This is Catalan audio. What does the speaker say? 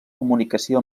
comunicació